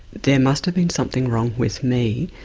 there must have been something wrong with me,